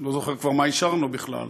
לא זוכר כבר מה אישרנו בכלל,